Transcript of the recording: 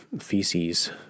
feces